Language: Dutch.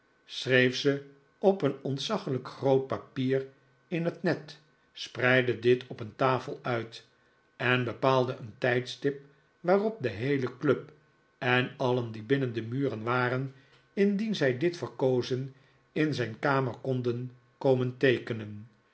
schreef ze op een ontzaglijk groot papier in het net spreidde dit op een tafel uit en bepaalde een tijdstip waarop de heele club en alien die binnen de muren waren indien zij dit verkozen in zijn kamer konden komen